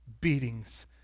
beatings